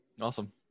Awesome